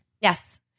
Yes